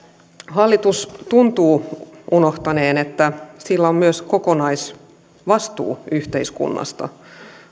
hallitus tuntuu unohtaneen että sillä on myös kokonaisvastuu yhteiskunnasta